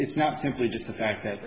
it's not just the fact that